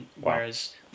whereas